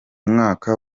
mwaka